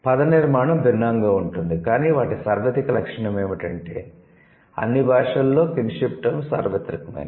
పద నిర్మాణం భిన్నంగా ఉంటుంది కానీ వాటి సార్వత్రిక లక్షణం ఏమిటంటే అన్ని భాషలలో 'కిన్షిప్ టర్మ్స్' సార్వత్రికమైనవి